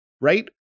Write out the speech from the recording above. Right